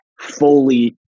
fully